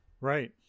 Right